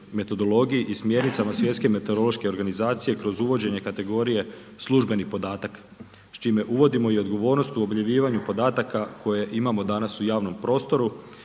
metodologiji i smjernicama Svjetske meteorološke organizacije kroz uvođenje kategorije službenih podataka s čime uvodimo i odgovornost u objavljivanju podataka koje imamo danas u javnom prostoru